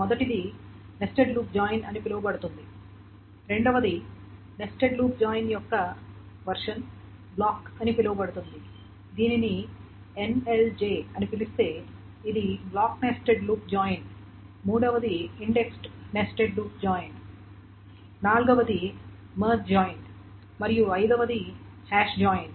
మొదటిది nested loop join అని పిలువబడుతుంది రెండవది నెస్టెడ్ లూప్ జాయిన్ యొక్క వెర్షన్ బ్లాక్ అని పిలువబడుతుంది దీనిని NLJ అని పిలిస్తే ఇది బ్లాక్ నెస్టెడ్ లూప్ జాయిన్ మూడవది ఇండెక్స్డ్ నెస్టెడ్ లూప్ జాయిన్ నాల్గవది మెర్జ్ జాయిన్ మరియు ఐదవది హాష్ జాయిన్